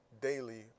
daily